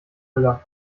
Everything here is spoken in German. müller